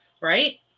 right